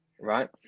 Right